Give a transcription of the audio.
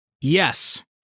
Yes